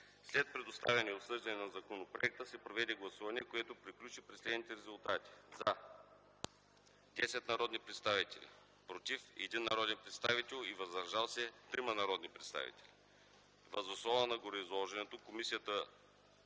След представяне и обсъждане на законопроекта се проведе гласуване, което приключи при следните резултати: „за” – 10 народни представители, „против” – 1 народен представител, и „въздържали се” – 3 народни представители. Въз основа на гореизложеното Комисията